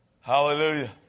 Hallelujah